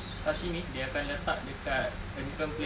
sashimi dia akan letak dekat a different plate